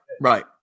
right